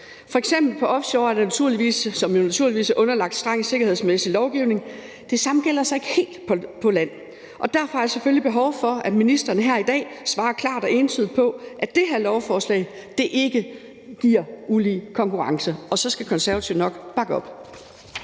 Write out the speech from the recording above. for offshore vilkår, som jo naturligvis er underlagt streng sikkerhedsmæssig lovgivning; det samme gælder så ikke helt på land. Derfor har jeg selvfølgelig behov for, at ministeren her i dag svarer klart og entydigt på, at det her lovforslag ikke giver ulige konkurrence – og så skal Konservative nok bakke op